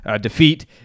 defeat